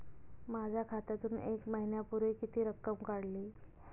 माझ्या खात्यातून एक महिन्यापूर्वी किती रक्कम काढली?